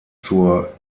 zur